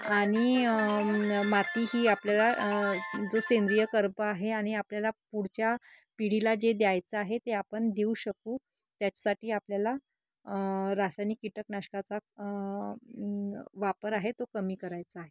आणि माती ही आपल्याला जो सेंद्रिय कर्प आहे आणि आपल्याला पुढच्या पिढीला जे द्यायचं आहे ते आपण देऊ शकू त्याच्यासाठी आपल्याला रासायनिक कीटकनाशकाचा वापर आहे तो कमी करायचा आहे